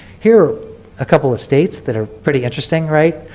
here are a couple of states that are pretty interesting, right?